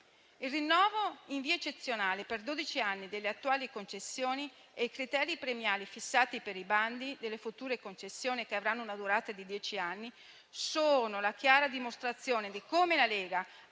Il rinnovo in via eccezionale per dodici anni delle attuali concessioni e i criteri premiali fissati per i bandi delle future concessioni, che avranno una durata di dieci anni, sono la chiara dimostrazione di come la Lega